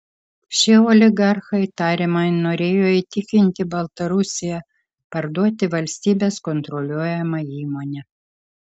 šie oligarchai tariamai norėjo įtikinti baltarusiją parduoti valstybės kontroliuojamą įmonę